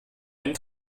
einen